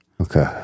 Okay